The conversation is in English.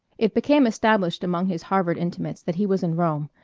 it became established among his harvard intimates that he was in rome,